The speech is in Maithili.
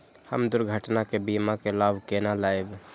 हम दुर्घटना के बीमा के लाभ केना लैब?